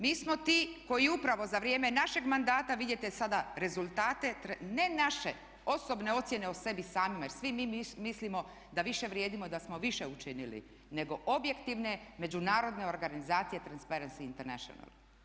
Mi smo ti koji upravo za vrijeme našeg mandata vidite sada rezultate ne naše osobne ocjene o sebi samima jer svi mi mislimo da više vrijedimo i da smo više učinili nego objektivne međunarodne organizacije Transparency International.